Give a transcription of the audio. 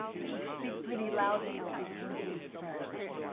it should speak pretty loudly that we came to you first.